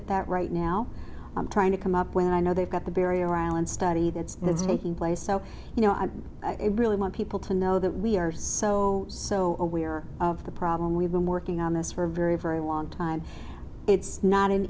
at that right now i'm trying to come up when i know they've got the barrier island study that's that's taking place so you know i really want people to know that we are so so aware of the problem we've been working on this for a very very long time it's not an